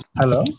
Hello